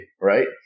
right